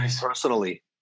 personally